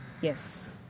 Yes